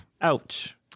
ouch